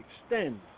extend